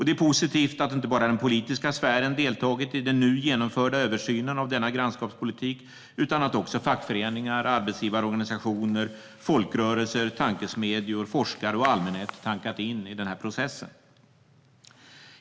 Det är positivt att inte bara den politiska sfären deltagit i den nu genomförda översynen av denna grannskapspolitik, utan att också fackföreningar, arbetsgivarorganisationer, folkrörelser, tankesmedjor, forskare och allmänhet tankat in i den här processen.